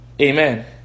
Amen